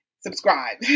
subscribe